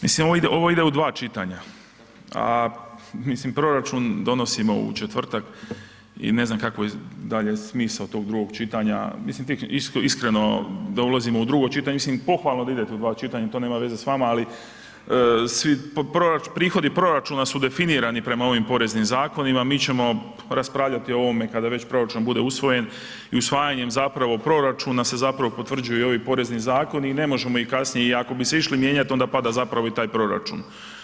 Mislim, ovo ide u dva čitanja, a mislim proračun donosimo u četvrtak i ne znam kakvo je dalje smisao tog drugog čitanja, mislim iskreno da ulazimo u drugo čitanje, mislim pohvalno da idete u dva čitanja, to nema veze s vama, ali svi prihodi proračuna su definirani prema ovim poreznim zakonima, mi ćemo raspravljati o ovome kada već proračun bude usvojen i usvajanjem zapravo proračuna se zapravo potvrđuju i ovi porezni zakoni i ne možemo ih kasnije, i ako bi se i išli mijenjati, onda pada zapravo i taj proračun.